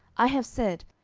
i have said,